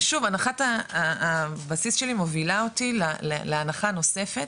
ושוב הנחת הבסיס שלי מובילה אותי להנחה נוספת,